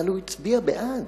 אבל הוא הצביע בעד.